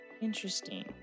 Interesting